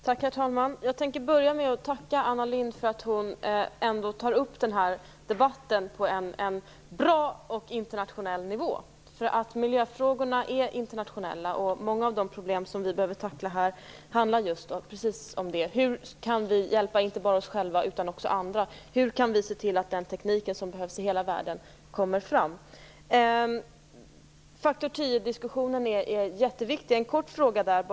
Herr talman! Jag tänker börja med att tacka Anna Lindh för att hon för upp den här debatten på en bra och internationell nivå. Miljöfrågorna är internationella och många av de problem som vi behöver tackla här handlar just om det. Hur kan vi hjälpa inte bara oss själva utan också andra? Hur kan vi se till att den teknik som behövs i hela världen kommer fram? Faktor 10-diskussionen är jätteviktig. Jag har bara en liten fråga.